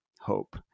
hope